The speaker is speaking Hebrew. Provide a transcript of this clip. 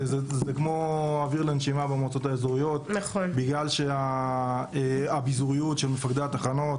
זה כמו אוויר לנשימה במועצות האזוריות בגלל הביזוריות של מפקדי התחנות